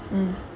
mm